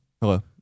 Hello